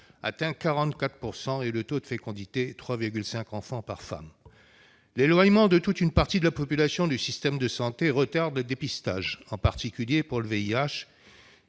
atteint 44 %, et le taux de fécondité 3,5 enfants par femme. L'éloignement de toute une partie de la population du système de santé retarde le dépistage, en particulier pour le VIH.